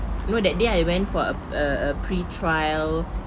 you know that day I went for uh a a pre-trial